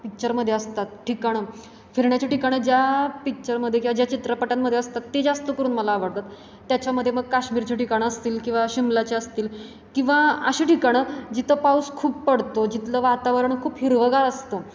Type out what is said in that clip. पिच्चरमध्ये असतात ठिकाणं फिरण्याचे ठिकाणं ज्या पिक्चरमध्ये किंवा ज्या चित्रपटांमध्ये असतात ते जास्त करून मला आवडतात त्याच्यामध्ये मग काश्मीरचे ठिकाणं असतील किंवा शिमलाचे असतील किंवा असे ठिकाणं जिथं पाऊस खूप पडतो जिथलं वातावरण खूप हिरवंगार असतं